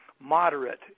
moderate